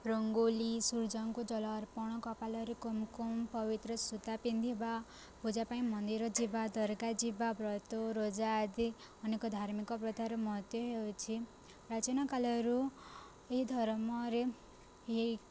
ରଙ୍ଗୋଲି ସୂର୍ଯ୍ୟଙ୍କୁ ଜଳ ଅର୍ପଣ କପାଳରେ କୁମ୍କୁମ୍ ପବିତ୍ର ସୂତା ପିନ୍ଧିବା ପୂଜା ପାଇଁ ମନ୍ଦିର ଯିବା ଦରଗା ଯିବା ବ୍ରତ ରୋଜା ଆଦି ଅନେକ ଧାର୍ମିକ ପ୍ରଥାର ମହତ୍ୱ ହେଉଛି ପ୍ରାଚୀନକାଳରୁ ଏହି ଧର୍ମରେ ଏହି